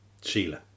Sheila